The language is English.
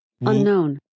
Unknown